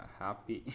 happy